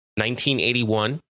1981